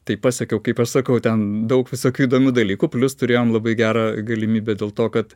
tai pasiekiau kaip aš sakau ten daug visokių įdomių dalykų plius turėjom labai gerą galimybę dėl to kad